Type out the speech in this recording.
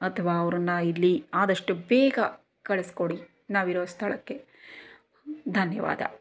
ಅಥವಾ ಅವರನ್ನು ಇಲ್ಲಿ ಆದಷ್ಟು ಬೇಗ ಕಳಿಸ್ಕೊಡಿ ನಾವು ಇರೋ ಸ್ಥಳಕ್ಕೆ ಧನ್ಯವಾದ